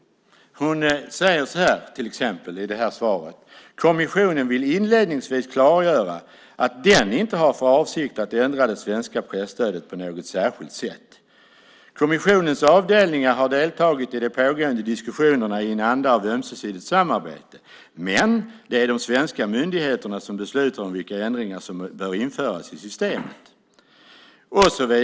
Hon säger till exempel så här: "Kommissionen vill inledningsvis klargöra att den inte har för avsikt att ändra det svenska presstödet på något särskilt sätt. - Kommissionens avdelningar har deltagit i de pågående diskussionerna i en anda av ömsesidigt samarbete men det är de svenska myndigheterna som beslutar om vilka ändringar som bör införas i systemet."